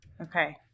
Okay